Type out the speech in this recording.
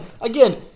again